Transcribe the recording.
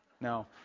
No